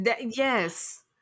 Yes